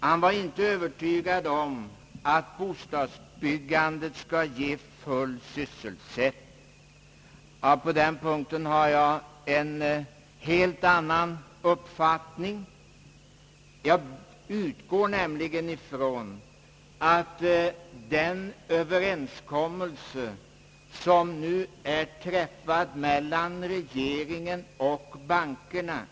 Han var inte övertygad om att bostadsbyggandet skulle ge full sysselsättning. På den punkten har jag en helt annan uppfattning. Jag utgår nämligen ifrån att den överenskommelse som nu är träffad mellan regeringen och bankerna och Ang.